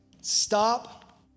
Stop